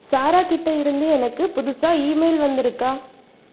சாரா கிட்டே இருந்து எனக்கு புதுசாக இமெயில் வந்திருக்கா